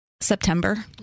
September